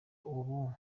ubu